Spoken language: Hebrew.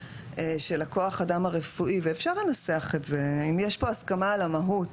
של כוח האדם הרפואי ואפשר לנסח את זה אם יש פה הסכמה על המהות,